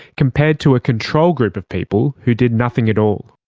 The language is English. compared to a control group of people who did nothing at all.